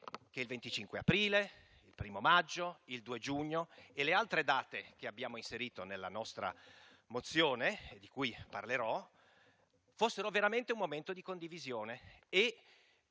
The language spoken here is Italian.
che il 25 aprile, il 1° maggio, il 2 giugno e le altre date che abbiamo inserito nella nostra mozione, di cui parlerò, fossero veramente un momento di condivisione.